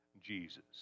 Jesus